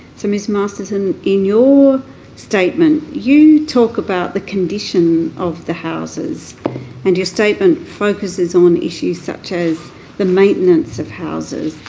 so ms masterson, in your statement you talk about the condition of the houses and your statement focuses on issues such as the maintenance of houses,